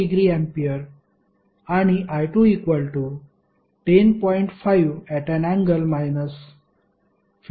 2◦ A आणि I2 10